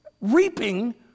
reaping